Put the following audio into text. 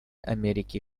америки